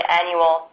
annual